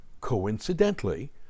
coincidentally